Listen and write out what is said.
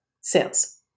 sales